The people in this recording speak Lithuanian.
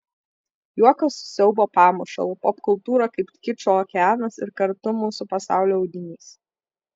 juokas su siaubo pamušalu popkultūra kaip kičo okeanas ir kartu mūsų pasaulio audinys